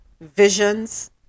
Visions